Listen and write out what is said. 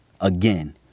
Again